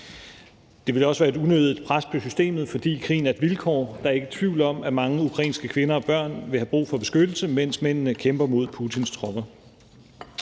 Det ville også være et unødigt pres på systemet, fordi krigen er et vilkår. Der er ikke tvivl om, at mange ukrainske kvinder og børn vil have brug for beskyttelse, mens mændene kæmper mod Putins tropper.